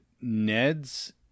Ned's